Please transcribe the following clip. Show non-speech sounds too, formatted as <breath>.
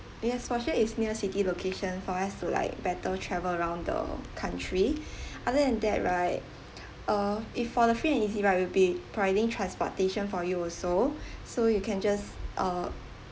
yes for sure it's near city location for us to like better travel around the country <breath> other than that right <breath> uh if for the free and easy right we'll be providing transportation for you also <breath> so you can just uh